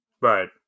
Right